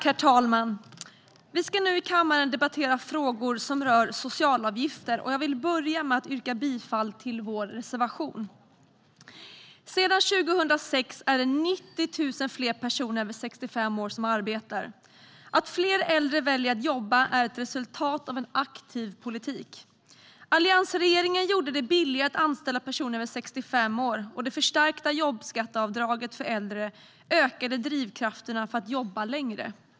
Herr talman! Vi ska nu i kammaren debattera frågor som rör socialavgifter, och jag börjar med att yrka bifall till vår reservation. Sedan 2006 är det 90 000 fler personer över 65 år som arbetar. Att fler äldre väljer att jobba är ett resultat av en aktiv politik. Alliansregeringen gjorde det billigare att anställa personer över 65 år, och det förstärkta jobbskatteavdraget för äldre ökade drivkrafterna för att jobba längre.